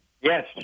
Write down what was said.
Yes